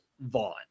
Vaughn